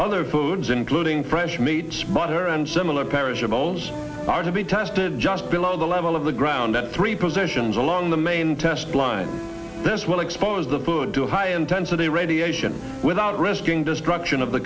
other foods including fresh meat spotter and similar perishables are to be tested just below the level of the ground at three positions along the main test line this will expose the food to high intensity radiation without risking destruction of the